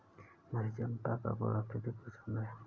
मुझे चंपा का फूल अत्यधिक पसंद है